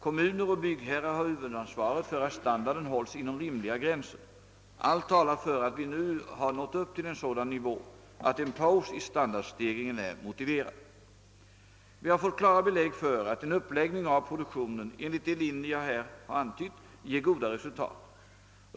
Kommuner och byggherrar har huvudansvaret för att standarden hålls inom rimliga gränser. Allt talar för att vi nu har nått upp till en sådan nivå, att en paus i standardstegringen är motiverad. Vi har fått klara belägg för att en uppläggning av produktionen enligt de linjer jag här har antytt ger goda resultat.